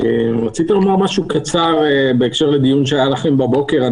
רציתי לומר משהו קצר בהקשר לדיון שהיה לכם בבוקר.